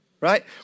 right